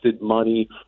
money